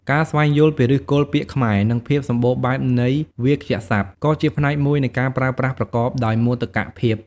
ការស្វែងយល់ពីឫសគល់ពាក្យខ្មែរ និងភាពសម្បូរបែបនៃវាក្យសព្ទ ក៏ជាផ្នែកមួយនៃការប្រើប្រាស់ប្រកបដោយមោទកភាព។